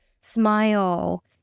Smile